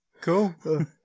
Cool